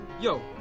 Yo